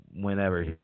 whenever